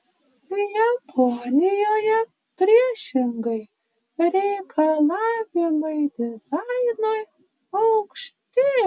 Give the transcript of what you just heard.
japonijoje priešingai reikalavimai dizainui aukšti